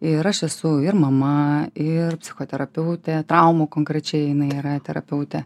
ir aš esu ir mama ir psichoterapeutė traumų konkrečiai jinai yra terapeutė